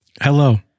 Hello